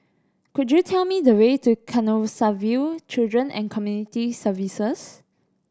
could you tell me the way to Canossaville Children and Community Services